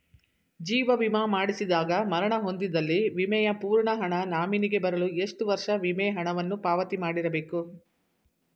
ಜೀವ ವಿಮಾ ಮಾಡಿಸಿದಾಗ ಮರಣ ಹೊಂದಿದ್ದಲ್ಲಿ ವಿಮೆಯ ಪೂರ್ಣ ಹಣ ನಾಮಿನಿಗೆ ಬರಲು ಎಷ್ಟು ವರ್ಷ ವಿಮೆ ಹಣವನ್ನು ಪಾವತಿ ಮಾಡಿರಬೇಕು?